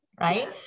right